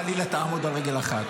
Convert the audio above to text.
חלילה: תעמוד על רגל אחת,